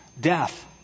death